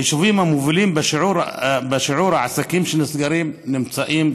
היישובים המובילים בשיעור העסקים שנסגרים נמצאים,